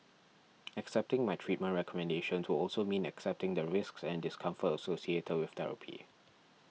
accepting my treatment recommendations would also mean accepting the risks and discomfort associated with therapy